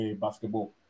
basketball